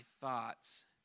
thoughts